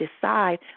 decide